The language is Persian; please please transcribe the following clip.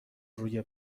روی